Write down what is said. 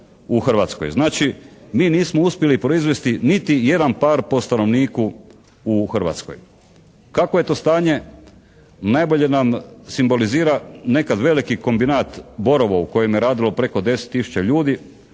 u Hrvatskoj? Znači mi nismo uspjeli proizvesti niti jedan par po stanovniku u Hrvatskoj. Kakvo je to stanje najbolje nam simbolizira nekad veliki kombinat "Borovo" u kojem je radilo preko 10 tisuća ljudi.